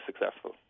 successful